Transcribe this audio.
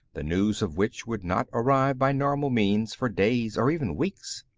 the news of which would not arrive by normal means for days or even weeks.